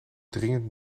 dringend